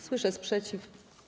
Słyszę sprzeciw.